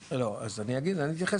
אני אתן